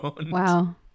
Wow